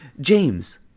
James